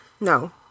No